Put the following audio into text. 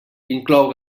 inclou